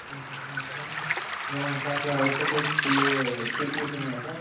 ఉందా సార్ ఇక మన షాప్లో ఏ ఫోర్ సైజ్ షీ షీట్ షీట్స్ గిట్ల ఉన్నాయా సార్